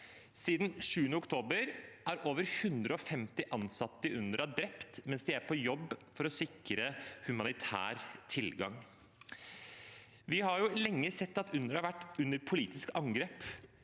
Siden 7. oktober er over 150 ansatte i UNRWA drept mens de er på jobb for å sikre humanitær tilgang. Vi har lenge sett at UNRWA har vært under politisk angrep,